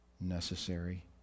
necessary